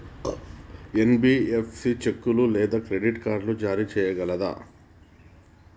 NBFC చెక్కులు లేదా credit card జారీ చేయగలదా?